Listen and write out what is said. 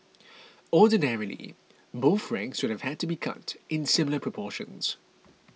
ordinarily both ranks would have had to be cut in similar proportions